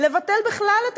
לבטל בכלל,